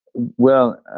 well,